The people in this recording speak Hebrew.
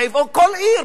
או לכל עיר,